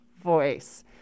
voice